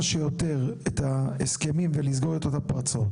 שיותר את ההסכמים ולסגור את אותן פרצות.